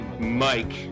Mike